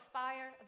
fire